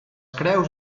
creus